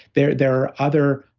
there there are other